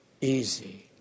easy